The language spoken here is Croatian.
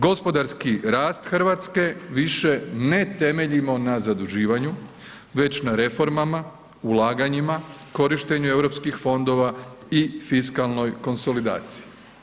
Gospodarski rast Hrvatske više ne temeljimo na zaduživanju već na reformama, ulaganjima, korištenju europskih fondova i fiskalnoj konsolidaciji.